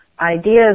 ideas